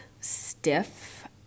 stiff